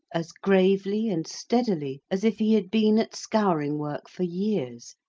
as gravely and steadily as if he had been at scouring-work for years,